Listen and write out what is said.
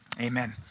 Amen